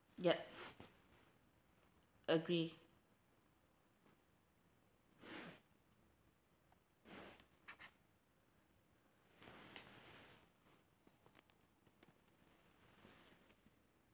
yup agree